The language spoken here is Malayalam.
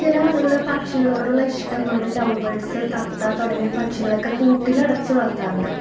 ചില ആളുകള് പക്ഷികളോട് ഉള്ള ഇഷ്ടം കൊണ്ട് ലവ് ബേർഡ്സ് തത്ത തുടങ്ങിയ പക്ഷികളെ ഒക്കെ കൂട്ടിലടച്ച് വളർത്താറുണ്ട്